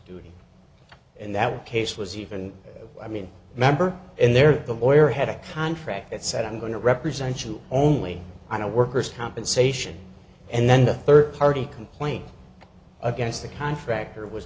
duty and that case was even i mean remember and there the lawyer had a contract that said i'm going to represent you only on a worker's compensation and then the third party complaint against the contractor was